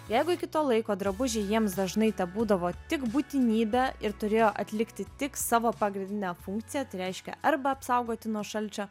jeigu iki to laiko drabužiai jiems dažnai tebūdavo tik būtinybė ir turėjo atlikti tik savo pagrindinę funkciją tai reiškia arba apsaugoti nuo šalčio